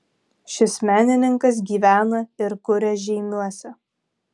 šis menininkas gyvena ir kuria žeimiuose